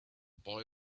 boy